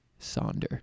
sonder